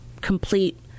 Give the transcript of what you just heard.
complete